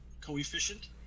coefficient